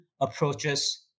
approaches